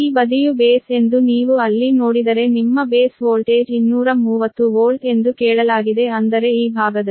ಈ ಬದಿಯು ಬೇಸ್ ಎಂದು ನೀವು ಅಲ್ಲಿ ನೋಡಿದರೆ ನಿಮ್ಮ ಬೇಸ್ ವೋಲ್ಟೇಜ್ 230 ವೋಲ್ಟ್ ಎಂದು ಕೇಳಲಾಗಿದೆ ಅಂದರೆ ಈ ಭಾಗದಲ್ಲಿ